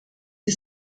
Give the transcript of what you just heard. die